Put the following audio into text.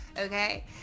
Okay